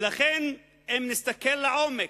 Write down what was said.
ולכן אם נסתכל לעומק,